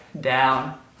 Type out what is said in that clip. down